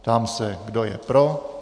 Ptám se, kdo je pro.